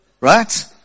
Right